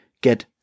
get